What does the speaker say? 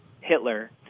Hitler